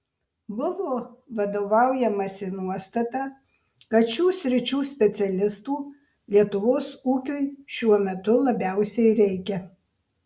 buvo vadovaujamasi nuostata kad šių sričių specialistų lietuvos ūkiui šiuo metu labiausiai reikia